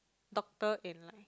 doctor in like